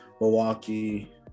Milwaukee